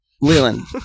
Leland